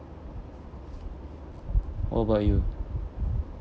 what about you